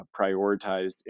prioritized